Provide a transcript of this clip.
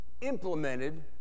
implemented